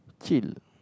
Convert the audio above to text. chill